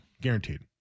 guaranteed